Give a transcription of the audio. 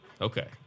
Okay